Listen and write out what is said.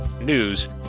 news